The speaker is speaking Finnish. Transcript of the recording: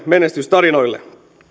menestystarinoille